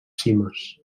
cimes